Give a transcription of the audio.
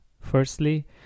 firstly